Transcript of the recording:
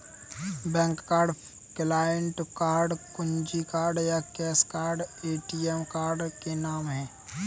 bank card, client card, कुंजी card या cash card ATM card के नाम है